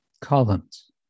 Columns